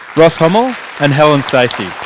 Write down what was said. ross homel and helen stacey.